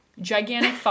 gigantic